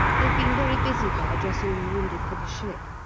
they've been very busy there dressing the wounded for the ship.